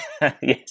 Yes